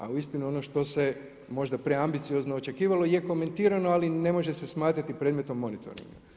Ali uistinu ono što se možda preambiciozno očekivalo je komentirano, ali ne može se smatrati predmetom monitora.